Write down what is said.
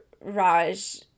Raj